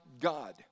God